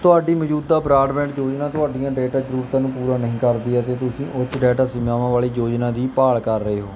ਤੁਹਾਡੀ ਮੌਜੂਦਾ ਬਰਾੜਬੈਂਡ ਯੋਜਨਾ ਤੁਹਾਡੀਆਂ ਡੇਟਾਂ ਜ਼ਰੂਰਤਾਂ ਨੂੰ ਪੂਰਾ ਨਹੀਂ ਕਰਦੀ ਅਤੇ ਤੁਸੀਂ ਉਸ ਡਾਟਾ ਸੀਮਾਵਾਂ ਵਾਲੀ ਯੋਜਨਾ ਦੀ ਭਾਲ ਕਰ ਰਹੇ ਹੋ